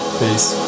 Peace